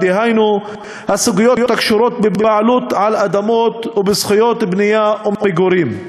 דהיינו הסוגיות הקשורות בבעלות על אדמות ובזכויות בנייה ומגורים.